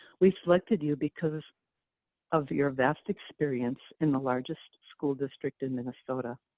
we selected you because of your vast experience in the largest school district in minnesota.